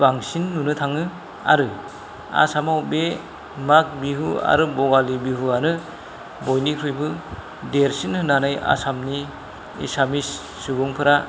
बांसिन नुनो थाङो आरो आसामाव बे माग बिहु आरो भगालि बिहुआनो बयनिख्रुइबो देरसिन होननानै आसामनि एसामिस सुबुंफोरा